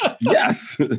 Yes